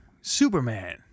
Superman